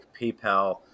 PayPal